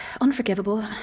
unforgivable